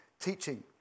teaching